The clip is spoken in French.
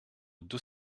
deux